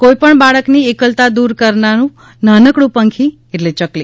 કોઇપણ બાળકની એકલતા દૂર કરનારું નાનકડું પંખી એટલે ચકલી